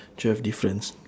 twelve difference